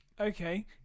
Okay